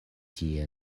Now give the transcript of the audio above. tie